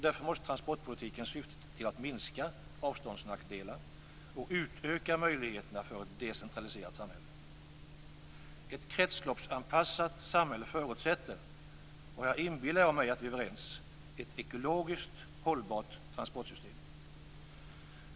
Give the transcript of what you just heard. Därför måste transportpolitiken syfta till att minska avståndsnackdelar och utöka möjligheterna för ett decentraliserat samhälle. Ett kretsloppsanpassat samhälle förutsätter, och jag inbillar mig att vi är överens, ett ekologiskt hållbart transportsystem.